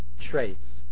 traits